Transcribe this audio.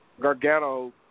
Gargano